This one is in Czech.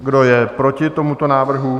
Kdo je proti tomuto návrhu?